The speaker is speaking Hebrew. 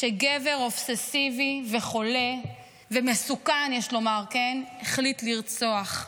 שגבר אובססיבי חולה ומסוכן, יש לומר, החליט לרצוח.